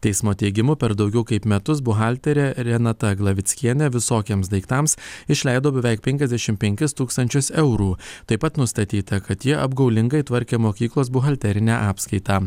teismo teigimu per daugiau kaip metus buhalterė renata glavickienė visokiems daiktams išleido beveik penkiasdešim penkis tūkstančius eurų taip pat nustatyta kad jie apgaulingai tvarkė mokyklos buhalterinę apskaitą